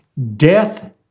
Death